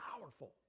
powerful